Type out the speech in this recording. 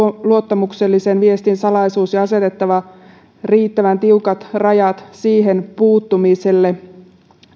luottamuksellisen viestin salaisuus ja asetettava riittävän tiukat rajat siihen puuttumiselle